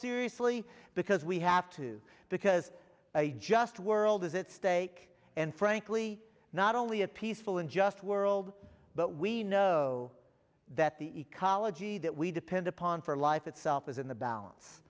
seriously because we have to because a just world is at stake and frankly not only a peaceful and just world but we know that the ecology that we depend upon for life itself is in the balance